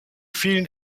vielen